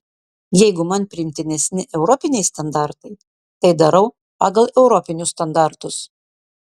jeigu man priimtinesni europiniai standartai tai darau pagal europinius standartus